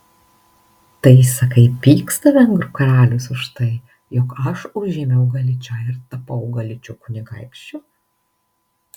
tai sakai pyksta vengrų karalius už tai jog aš užėmiau galičą ir tapau galičo kunigaikščiu